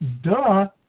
duh